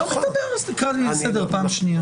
אז תקרא לי לסדר פעם שנייה.